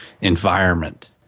environment